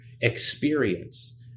experience